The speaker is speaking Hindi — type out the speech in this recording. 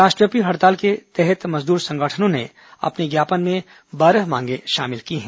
राष्ट्रव्यापी हड़ताल के तहत मजदूर संगठनों ने अपने ज्ञापन में बारह मांगें शामिल की हैं